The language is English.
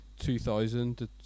2000